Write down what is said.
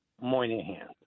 Moynihan